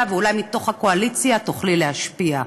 לקואליציה, ואולי מתוך הקואליציה תוכלי להשפיע.